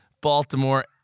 Baltimore